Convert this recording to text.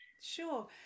Sure